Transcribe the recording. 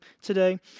today